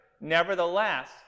nevertheless